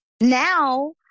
now